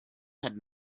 had